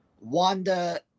Wanda